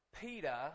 Peter